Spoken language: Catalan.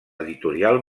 editorial